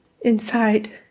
inside